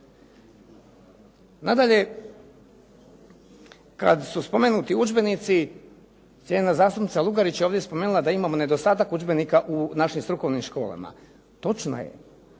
Nadalje, kad su spomenuti udžbenici, cijenjena zastupnica Lugarić ovdje je spomenula da imamo nedostatak udžbenika u našim strukovnim školama. Točno je.